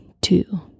Two